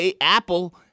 Apple